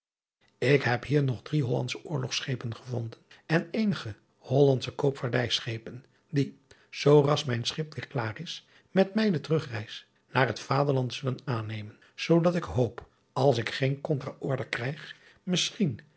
k heb hier nog drie ollandsche orlogschepen gevonden en eenige oolandsche oopvaardijschepen die zooras mijn schip weêr klaar is met mij de terugreis naar het aderland zullen aannemen zoodat ik hoop als ik geen contra order krijg misschien